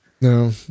No